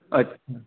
اچھا